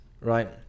right